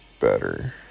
better